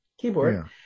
keyboard